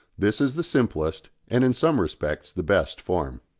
this is the simplest, and in some respects the best, form.